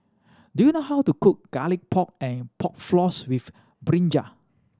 do you know how to cook Garlic Pork and Pork Floss with brinjal